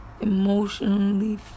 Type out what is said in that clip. emotionally